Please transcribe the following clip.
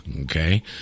okay